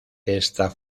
esta